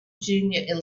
junior